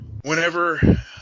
whenever